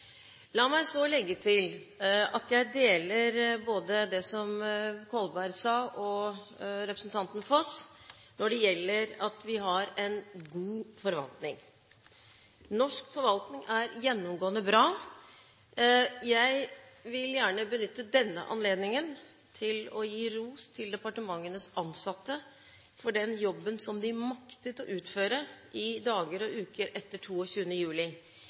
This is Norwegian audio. La meg legge til at jeg er enig med både Kolberg og representanten Foss i at vi har en god forvaltning. Norsk forvaltning er gjennomgående bra. Jeg vil gjerne benytte denne anledningen til å gi ros til departementenes ansatte for den jobben som de maktet å utføre i dagene og ukene etter 22. juli.